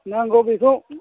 नांगौ बेखौ